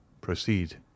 proceed